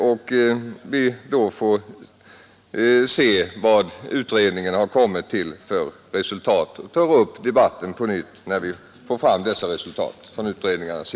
När vi ser vad utredningarna kommit till för resultat, får vi ta upp debatten på nytt.